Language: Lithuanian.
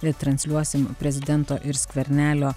retransliuosim prezidento ir skvernelio